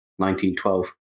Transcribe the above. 1912